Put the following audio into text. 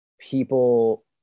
people